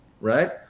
right